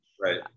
right